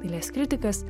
dailės kritikas